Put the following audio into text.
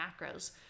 macros